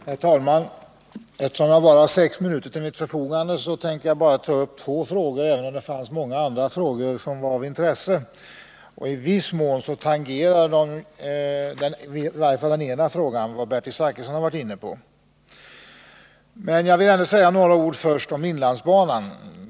Herr talman! Eftersom jag bara har sex minuter till mitt förfogande tänker jag endast ta upp två frågor, även om det finns många andra frågor som är av intresse. I viss mån tangerar i varje fall den ena frågan vad Bertil Zachrisson har varit inne på. Jag vill ändå först säga några ord om inlandsbanan.